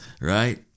right